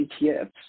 ETFs